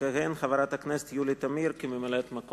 תכהן חברת הכנסת יולי תמיר כממלאת-מקום.